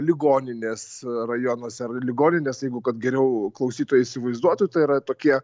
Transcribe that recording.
ligoninės rajonuose ligoninės jeigu kad geriau klausytojai įsivaizduotų tai yra tokie